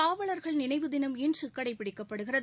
காவலர்கள் நினைவு தினம் இன்று கடைபிடிக்கப்படுகிறது